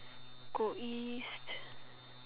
go East